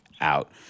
out